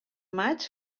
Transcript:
maig